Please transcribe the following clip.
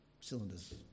cylinder's